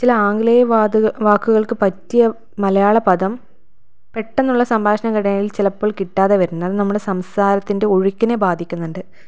ചില ആംഗലേയ വാതു വാക്കുകൾക്ക് പറ്റിയ മലയാള പദം പെട്ടെന്നുള്ള സംഭാഷണ ഇടയിൽ ചിലപ്പോൾ കിട്ടാതെ വരുന്നത് അത് നമ്മുടെ സംസാരത്തിൻ്റെ ഒഴുക്കിനെ ബാധിക്കുന്നുണ്ട്